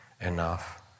enough